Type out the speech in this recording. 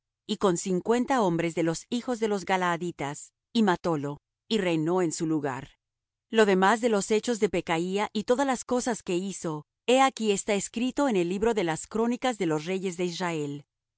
á samaria é hirió á sallum hijo de jabes en samaria y matólo y reinó en su lugar lo demás de los hechos de sallum y su conjuración con que conspiró he aquí está escrito en el libro de las crónicas de los reyes de israel